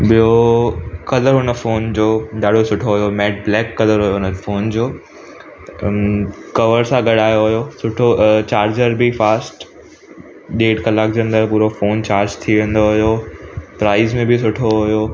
ॿियों कलर हुन फ़ोन जो ॾाढो सुठो हुओ मेट ब्लैक कलर हुओ हुन फ़ोन जो कवर सां गॾु आयो हुओ सुठो चार्जर बि फ़ास्ट ॾेढु कलाक जे अंदरि पूरो फ़ोन चार्ज थी वेंदो हुओ प्राइज में बि सुठो हुओ